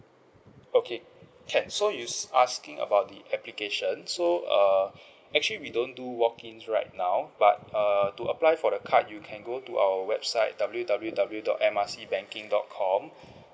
okay can so you s~ asking about the application so uh actually we don't do walk in right now but err to apply for the card you can go to our website W W W dot M R C banking dot com